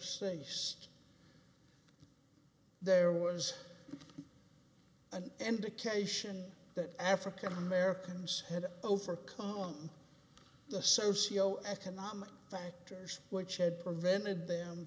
ghostface there was an indication that african americans had overcome on the socio economic factors which had prevented them